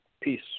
Peace